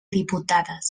diputades